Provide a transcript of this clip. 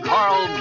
Carl